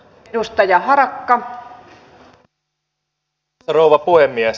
arvoisa rouva puhemies